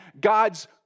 God's